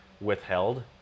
withheld